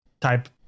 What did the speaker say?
type